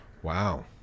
Wow